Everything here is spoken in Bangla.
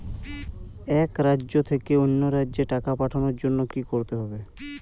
এক রাজ্য থেকে অন্য রাজ্যে টাকা পাঠানোর জন্য কী করতে হবে?